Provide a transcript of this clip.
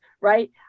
right